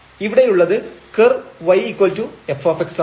ഇവിടെയുള്ളത് curve yf ആണ്